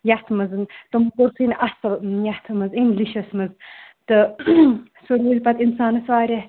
یَتھ منزن تِمو پوٚرکھٕے نہٕ یتھ منزن اِنگلشس منز تہٕ سُہ روٗد پَتہٕ انسانس واریاہ